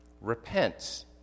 Repent